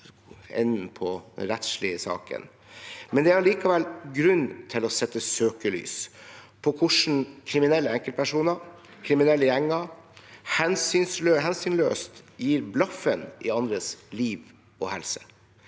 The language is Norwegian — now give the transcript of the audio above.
den rettslige saken. Det er allikevel grunn til å sette søkelys på hvordan kriminelle enkeltpersoner, kriminelle gjenger, hensynsløst gir blaffen i andres liv og helse.